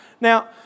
Now